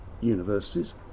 universities